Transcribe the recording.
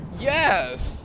Yes